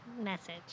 message